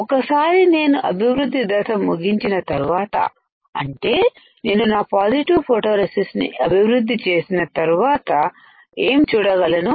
ఒకసారి నేను అభివృద్ధి దశ ముగించిన తర్వాత అంటే నేను నా ఫోటోరెసిస్ట్ ని అభివృద్ధి చేసిన తరువాత ఏం చూడ గలను